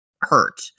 hurt